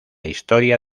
historia